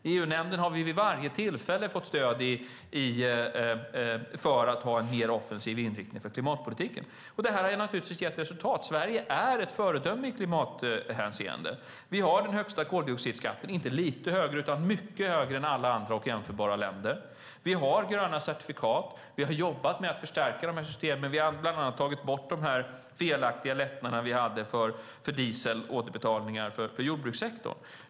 I EU-nämnden har vi vid varje tillfälle fått stöd för att ha en mer offensiv inriktning i klimatpolitiken. Detta har naturligtvis gett resultat. Sverige är ett föredöme i klimathänseende. Vi har den högsta koldioxidskatten. Den är inte lite högre utan mycket högre än skatten i alla andra jämförbara länder. Vi har gröna certifikat. Vi har jobbat med att förstärka dessa system och bland annat tagit bort de felaktiga lättnader som vi hade för diesel och när det gäller återbetalningar till jordbrukssektorn.